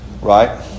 Right